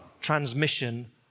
transmission